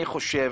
אני חושב